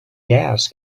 gas